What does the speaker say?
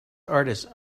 artist